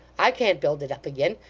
i can't build it up again.